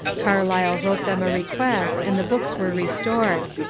carlyle wrote them a request and the books were restored.